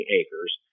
acres